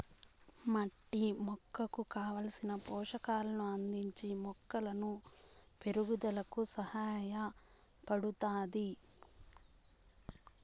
మట్టి మొక్కకు కావలసిన పోషకాలను అందించి మొక్కల పెరుగుదలకు సహాయపడుతాది